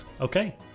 Okay